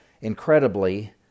Incredibly